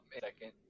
second